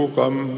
come